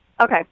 Okay